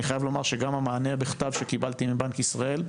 אני חייב לומר שגם המענה בכתב שקיבלתי מבנק ישראל,